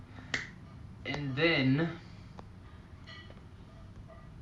and nice so are we done